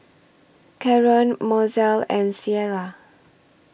Karon Mozell and Sierra